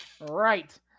Right